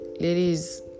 ladies